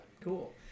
Cool